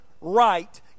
right